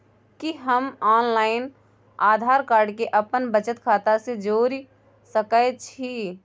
कि हम online Aadhaar card के अपन बचत खाता से जोरि सकै छी?